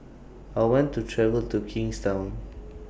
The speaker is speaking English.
I want to travel to Kingstown